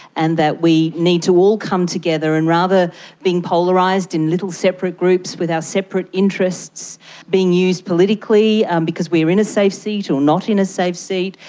and that we need to all come together, and rather than being polarised in little separate groups with our separate interests being used politically um because we are in a safe seat or not in a safe seat,